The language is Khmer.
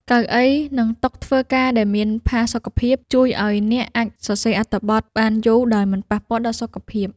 កៅអី និងតុធ្វើការដែលមានផាសុកភាព ជួយឱ្យអ្នកអាចសរសេរអត្ថបទបានយូរដោយមិនប៉ះពាល់ដល់សុខភាព។